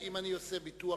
אם אני עושה ביטוח